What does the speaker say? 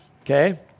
Okay